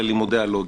ללימודי לוגיקה.